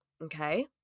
Okay